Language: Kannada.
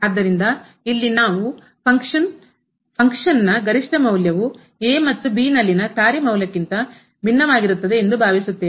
ಆದ್ದರಿಂದ ಇಲ್ಲಿ ನಾವು ಫಂಕ್ಷನ್ ಕಾರ್ಯವು ಫಂಕ್ಷನ್ ನ ಕಾರ್ಯದ ಗರಿಷ್ಠ ಮೌಲ್ಯವು ಮತ್ತು ನಲ್ಲಿನ ಕಾರ್ಯ ಮೌಲ್ಯಕ್ಕಿಂತ ಭಿನ್ನವಾಗಿರುತ್ತದೆ ಎಂದು ಭಾವಿಸುತ್ತೇವೆ